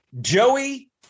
Joey